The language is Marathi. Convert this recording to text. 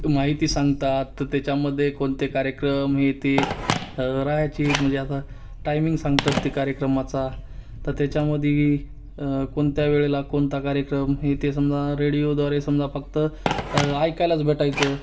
माहिती सांगतात त त्याच्यामध्ये कोणते कार्यक्रम हे ते राहाचित म्हणजे आता टायमिंग सांगतात ते कार्यक्रमाचा तर त्याच्यामध्ये कोणत्या वेळेला कोणता कार्यक्रम हे ते समजा रेडिओद्वारे समजा फक्त ऐकायलाच भेटायचं